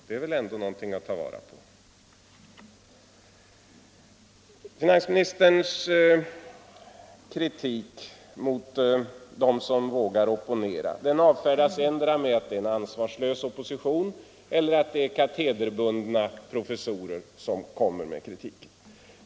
Det är väl ändå någonting att ta vara på. Kritiken från dem som vågar opponera avfärdar finansministern med att det är endera en ansvarslös opposition eller katederbundna professorer som framför den.